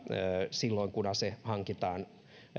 silloin kun ase hankitaan